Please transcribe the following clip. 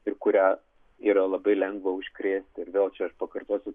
ir kurią yra labai lengva užkrėsti ir vėl čia aš pakartosiu